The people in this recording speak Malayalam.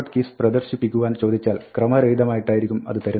keys പ്രദർശിപ്പിക്കുവാൻ ചോദിച്ചാൽ ക്രമരഹിതമായിട്ടായിക്കും അത് തരുന്നത്